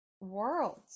worlds